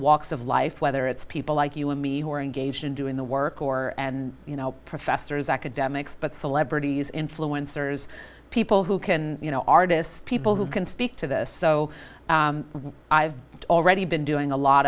walks of life whether it's people like you and me who are engaged in doing the work or and you know professors academics but celebrities influencers people who can you know artists people who can speak to this so i've already been doing a lot